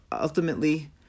ultimately